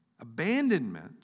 Abandonment